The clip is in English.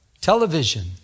television